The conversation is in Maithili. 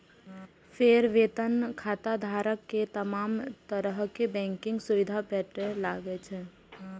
फेर वेतन खाताधारक कें तमाम तरहक बैंकिंग सुविधा भेटय लागै छै